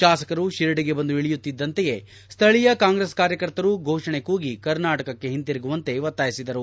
ಶಾಸಕರು ಶಿರಡಿಗೆ ಬಂದು ಇಳಿಯುತ್ತಿದ್ದಂತೆ ಸ್ನಳೀಯ ಕಾಂಗ್ರೆಸ್ ಕಾರ್ಯಕರ್ತರು ಘೋಷಣೆ ಕೂಗಿ ಕರ್ನಾಟಕಕ್ಕೆ ಹಿಂದಿರುಗುವಂತೆ ಒತ್ತಾಯಿಸಿದರು